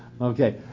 Okay